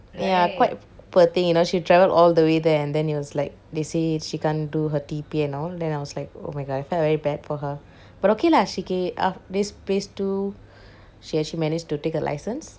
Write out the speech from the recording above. ya quite poor thing you know she travelled all the way there and then it was like they say she can't do her T_P and all then I was like oh my god I felt very bad for her but okay lah she uh this phase two she actually managed to take her license